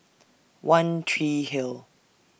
one Tree Hill